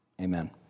amen